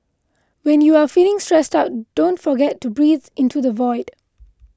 when you are feeling stressed out don't forget to breathe into the void